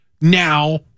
now